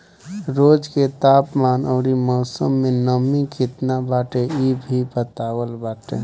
रोज के तापमान अउरी मौसम में नमी केतना बाटे इ भी बतावत बाटे